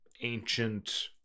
ancient